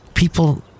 People